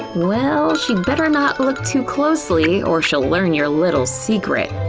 well, she'd better not look too closely or she'll learn your little secret!